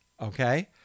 Okay